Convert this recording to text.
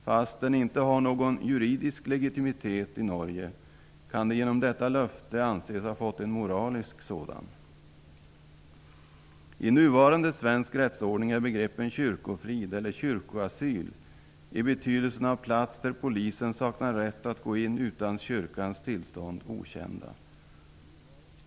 Fast kyrkofriden inte har någon juridisk legitimitet i Norge, kan den genom detta löfte anses ha fått en moralisk sådan. I nuvarande svensk rättsordning är begreppen kyrkofrid, eller kyrkoasyl, i betydelsen av plats där polisen saknar rätt att gå in utan kyrkans tillstånd, okända.